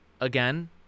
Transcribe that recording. again